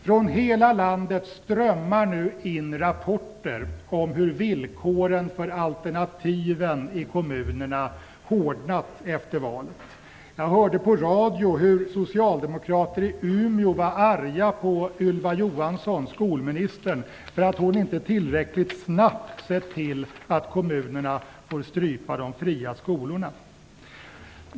Från hela landet strömmar det nu in rapporter om hur villkoren för alternativen i kommunerna har hårdnat efter valet. Jag hörde på radio att socialdemokrater i Umeå var arga på skolminister Ylva Johansson för att hon inte tillräckligt snabbt har sett till att kommunerna får strypa de fria skolorna.